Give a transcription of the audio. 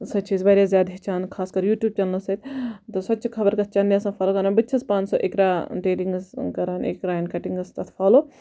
سۭتۍ چھِ أسۍ واریاہ زیاد ہیٚچھان خاص کَر یوٗٹیوب چَنلہ سۭتۍ تہٕ سۄ تہِ چھِ خَبَر کتھ چَنلہِ آسان فالو کَران بہٕ تہِ چھَس پانہٕ سۄ اِقرا ٹیلرِنٛگس کَران اقرا ایٚنڈ کَٹِنٛگس تتھ فالو